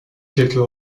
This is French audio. quelques